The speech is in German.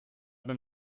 beim